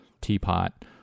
teapot